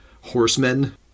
horsemen